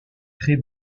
très